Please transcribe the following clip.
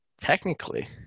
technically